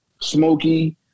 Smoky